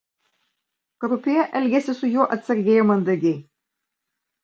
krupjė elgėsi su juo atsargiai ir mandagiai